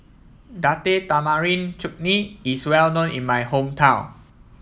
Date Tamarind Chutney is well known in my hometown